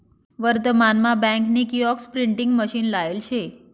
वर्तमान मा बँक नी किओस्क प्रिंटिंग मशीन लायेल शे